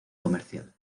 comercial